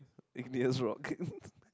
ignious rock